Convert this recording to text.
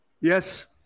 Yes